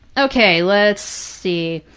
okay, let's see.